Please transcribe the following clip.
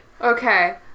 Okay